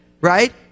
right